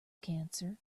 cancer